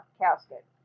casket